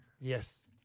Yes